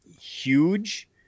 huge